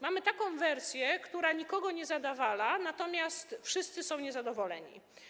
Mamy taką wersję, która nikogo nie zadowala, natomiast wszyscy są niezadowoleni.